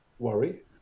worry